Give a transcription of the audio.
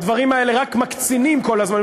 הדברים האלה רק מקצינים כל הזמן.